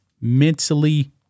mentally